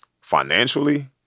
financially